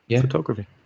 photography